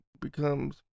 becomes